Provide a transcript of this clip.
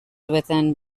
within